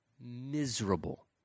Miserable